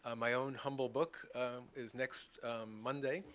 ah my own humble book is next monday.